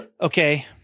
Okay